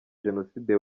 jenoside